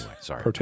sorry